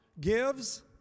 gives